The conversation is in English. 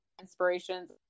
inspirations